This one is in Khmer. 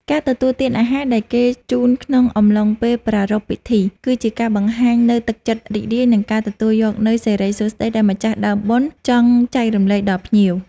ការទទួលទានអាហារដែលគេជូនក្នុងអំឡុងពេលប្រារព្ធពិធី គឺជាការបង្ហាញនូវទឹកចិត្តរីករាយ និងការទទួលយកនូវសិរីសួស្តីដែលម្ចាស់ដើមបុណ្យចង់ចែករំលែកដល់ភ្ញៀវ។